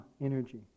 energy